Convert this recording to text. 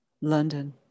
London